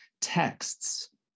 texts